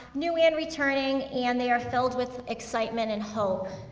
new and returning, and they are filled with excitement and hope.